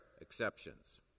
exceptions